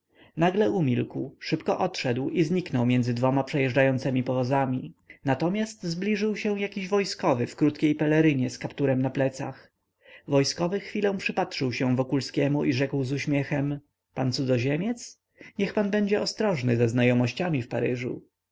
nagle umilkł szybko odszedł i zniknął między dwoma przejeżdżającemi powozami natomiast zbliżył się jakiś wojskowy w krótkiej pelerynie z kapturem na plecach wojskowy chwilę przypatrzył się wokulskiemu i rzekł z uśmiechem pan cudzoziemiec niech pan będzie ostrożny ze znajomościami w paryżu